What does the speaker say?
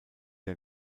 der